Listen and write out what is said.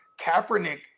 Kaepernick